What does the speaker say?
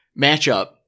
matchup